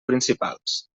principals